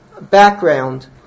background